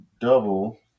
double